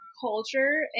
culture